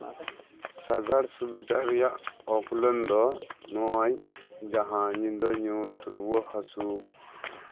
ᱥᱟᱸᱜᱟᱲ ᱥᱩᱵᱤᱫᱷᱟ ᱨᱮᱭᱟᱜ ᱯᱨᱚᱵᱽᱞᱮᱢ ᱫᱚ ᱱᱚᱜ ᱚᱭ ᱡᱟᱦᱟᱸ ᱧᱤᱫᱟᱹ ᱧᱩᱛ ᱨᱩᱣᱟᱹ ᱦᱟᱹᱥᱳ